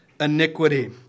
iniquity